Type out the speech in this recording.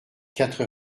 quatre